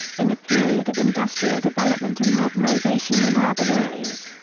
in a period of industrial development and modernization in urban areas,